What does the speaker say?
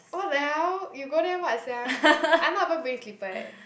what the hell you go there what sia I'm not even bringing slippers eh